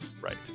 Right